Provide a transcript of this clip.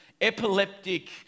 epileptic